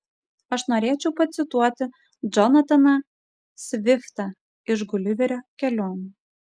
aš norėčiau pacituoti džonataną sviftą iš guliverio kelionių